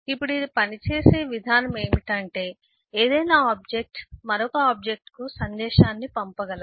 ఇప్పుడు ఇది పనిచేసే విధానం ఏమిటంటే ఏదైనా ఆబ్జెక్ట్ మరొక ఆబ్జెక్ట్ కు సందేశాన్ని పంపగలదు